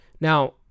Now